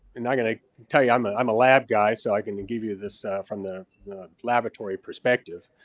not going to tell you i'm ah i'm a lab guy so i can give you this from the laboratory perspective.